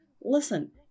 listen